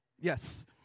Yes